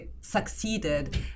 succeeded